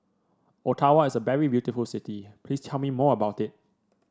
Ottawa is a very beautiful city please tell me more about it